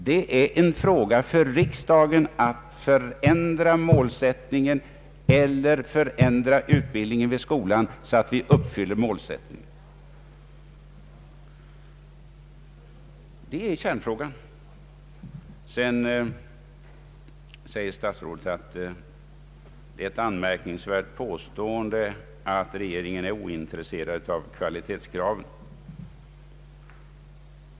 Det är en fråga för riksdagen att förändra målsättningen eller förändra utbildningen i skolan så att målsättningen uppfylls. Det är kärnfrågan! Statsrådet säger vidare att det är ett anmärkningsvärt påstående att regeringen är ointresserad av kvalitetskraven.